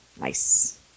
Nice